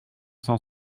cent